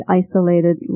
isolated